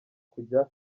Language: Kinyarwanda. kujya